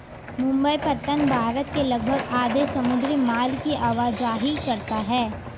मुंबई पत्तन भारत के लगभग आधे समुद्री माल की आवाजाही करता है